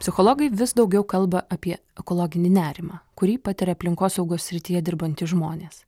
psichologai vis daugiau kalba apie ekologinį nerimą kurį patiria aplinkosaugos srityje dirbantys žmonės